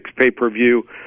pay-per-view